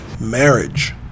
Marriage